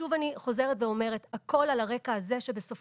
שוב אני חוזרת ואומרת שהכול על הרקע הזה שבסופו